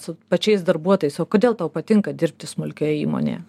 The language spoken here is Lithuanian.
su pačiais darbuotojais o kodėl tau patinka dirbti smulkioje įmonėje